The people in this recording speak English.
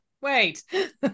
Wait